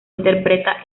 interpreta